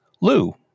Lou